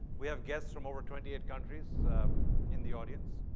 we have guests from over twenty eight countries in the audience.